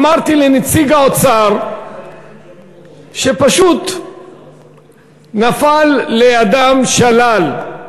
אמרתי לנציג האוצר שפשוט נפל לידם שלל,